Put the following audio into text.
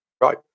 Right